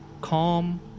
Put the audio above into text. calm